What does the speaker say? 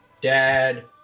dad